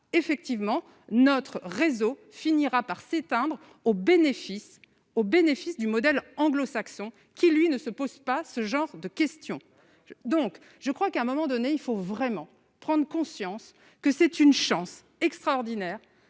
effectivement, notre réseau finira par s'éteindre au bénéfice au bénéfice du modèle anglo-saxon, qui lui ne se pose pas ce genre de question donc je crois qu'à un moment donné, il faut vraiment prendre conscience que c'est une chance extraordinaire